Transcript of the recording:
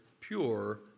pure